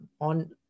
on